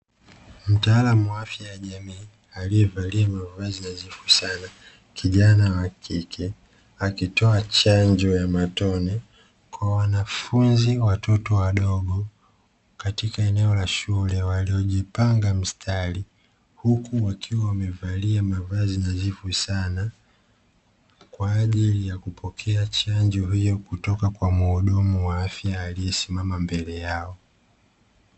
Mtaalamu wa afya ya jamii aliyevalia mavazi nadhifu sana, kijana wa kike akitoa chanjo ya matone kwa wanafuzi watoto wadogo katika eneo la shule walio jipanga mstari walio valia mavazi nadhifu sana, kwa ajili ya kupokea chanjo hiyo kutoka kwa mhudumu wa afya aliyesimama mbele yao.